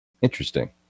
Interesting